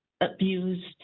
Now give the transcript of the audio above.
abused